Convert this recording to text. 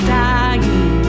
dying